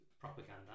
propaganda